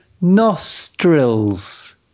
nostrils